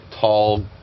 tall